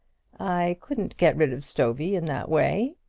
i couldn't get rid of stovey in that way,